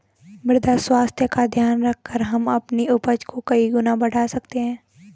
मृदा स्वास्थ्य का ध्यान रखकर हम अपनी उपज को कई गुना बढ़ा सकते हैं